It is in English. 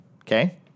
Okay